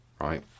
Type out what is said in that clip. Right